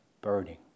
burning